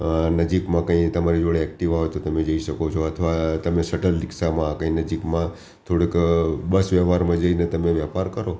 નજીકમાં કંઈ તમારી જોડે એકટિવા હોય તો તમે જઈ શકો છો અથવા કે તમે શટલ રીક્ષામા કંઇ નજીકમાં થોડેક બસ વ્યવહારમાં જઈને તમે વેપાર કરો